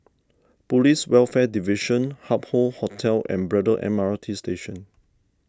Police Welfare Division Hup Hoe Hotel and Braddell M R T Station